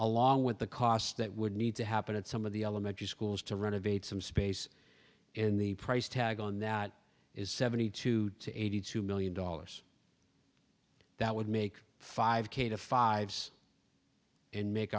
along with the cost that would need to happen at some of the elementary schools to renovate some space in the price tag on that is seventy two to eighty two million dollars that would make five k to fives and make